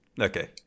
Okay